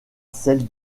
celle